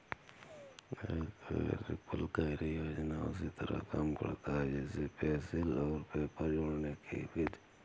एक रिपलकैरी योजक उसी तरह काम करता है जैसे पेंसिल और पेपर जोड़ने कि विधि